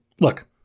look